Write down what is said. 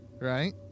right